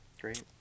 Great